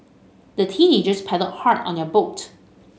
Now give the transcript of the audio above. the teenagers paddled hard on your boat